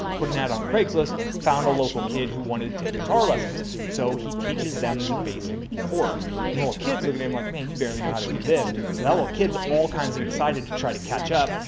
putting out on craigslist, found a local kid who wanted to take guitar lessons. so he teaches them the basic chords and little kids look at him like, man, you barely know how to do this. so that little kids, all kinds of excited to try to catch up.